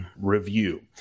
review